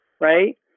Right